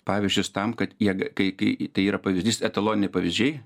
pavyzdžius tam kad jie ga kai kai tai yra pavyzdys etaloniniai pavyzdžiai